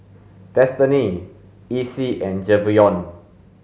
Destiney Essie and Javion